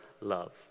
love